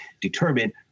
determine